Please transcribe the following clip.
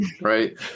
right